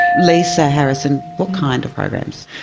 lisa harrison, what kind of programs?